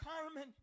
Carmen